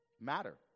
Matter